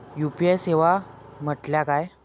UPI सेवा म्हटल्या काय?